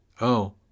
Oh